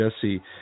Jesse